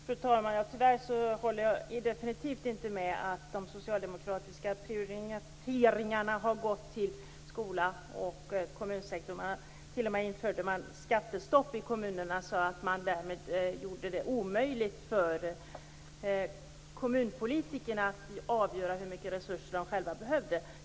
Fru talman! Tyvärr håller jag definitivt inte med om att den socialdemokratiska regeringen har prioriterat skolan och kommunsektorn. Socialdemokraterna införde t.o.m. skattestopp i kommunerna och gjorde det därmed omöjligt för kommunpolitikerna att avgöra hur mycket resurser de själva behövde.